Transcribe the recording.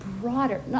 broader